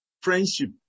friendship